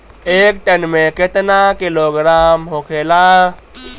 एक टन मे केतना किलोग्राम होखेला?